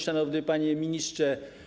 Szanowny Panie Ministrze!